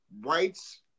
whites